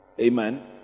Amen